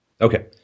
Okay